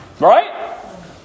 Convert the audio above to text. Right